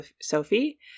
Sophie